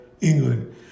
England